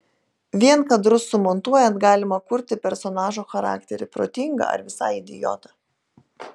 vien kadrus sumontuojant galima kurti personažo charakterį protingą ar visai idiotą